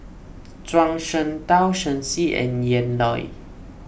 Zhuang Shengtao Shen Xi and Ian Loy